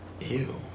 Ew